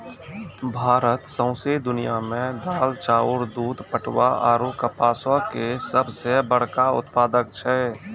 भारत सौंसे दुनिया मे दाल, चाउर, दूध, पटवा आरु कपासो के सभ से बड़का उत्पादक छै